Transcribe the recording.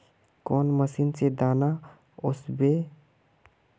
कौन मशीन से दाना ओसबे?